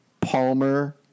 Palmer